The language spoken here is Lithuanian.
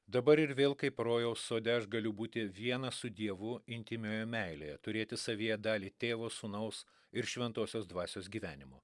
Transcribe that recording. dabar ir vėl kaip rojaus sode aš galiu būti vienas su dievu intymioje meilėje turėti savyje dalį tėvo sūnaus ir šventosios dvasios gyvenimo